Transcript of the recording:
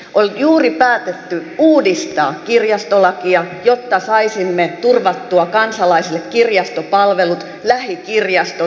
on juuri päätetty uudistaa kirjastolakia jotta saisimme turvattua kansalaisille kirjastopalvelut lähikirjastot